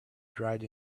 dried